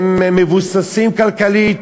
הם מבוססים כלכלית,